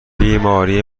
بیماری